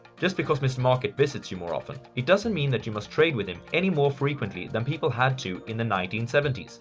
just because mr. market visits you more often, it doesn't mean that you must trade with him any more frequently than people had to in the nineteen seventy s.